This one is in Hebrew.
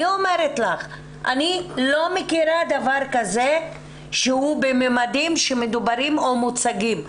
אני אומרת לך שאני לא מכירה דבר כזה שהוא בממדים שמדוברים או מוצגים.